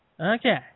Okay